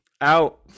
Out